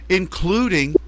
including